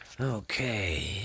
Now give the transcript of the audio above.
Okay